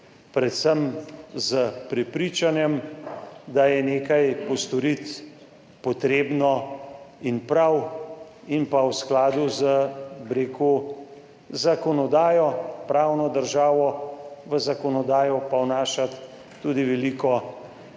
predvsem s prepričanjem, da je nekaj postoriti potrebno in prav in pa v skladu z, bi rekel, zakonodajo, pravno državo. V zakonodajo pa vnašati tudi veliko zdravega,